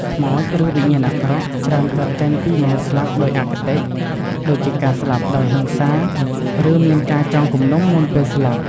ខ្មោច ឬវិញ្ញាណអាក្រក់ច្រើនកើតចេញពីមនុស្សស្លាប់ដោយអគតិ ដូចជាការស្លាប់ដោយហិង្សា ឬមានការចងគំនុំមុនពេលស្លាប់។